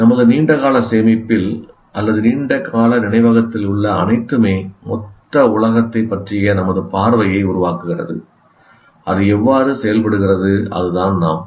நமது நீண்ட கால சேமிப்பில் நம் குழந்தைப் பருவத்திலிருந்தே சேமிக்கப்பட்ட எந்த தகவலும் அல்லது நீண்ட கால நினைவகத்தில் உள்ள அனைத்துமே மொத்த உலகத்தைப் பற்றிய நமது பார்வையை உருவாக்குகிறது அது எவ்வாறு செயல்படுகிறது அதுதான் நாம்